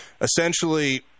Essentially